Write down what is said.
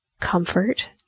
comfort